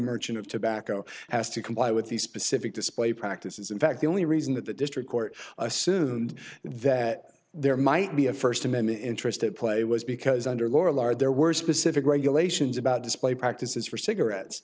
merchant of tobacco has to comply with the specific display practice is in fact the only reason that the district court assumed that there might be a first amendment interest at play was because under lorillard there were specific regulations about display practices for cigarettes